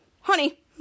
honey